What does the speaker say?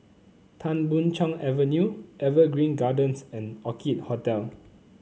Tan Boon Chong Avenue Evergreen Gardens and Orchid Hotel